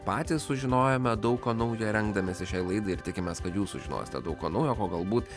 patys sužinojome daug ko naujo rengdamiesi šiai laidai ir tikimės kad jūs sužinosite daug ko naujo ko galbūt